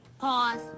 Pause